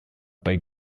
bei